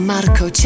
Marco